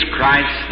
Christ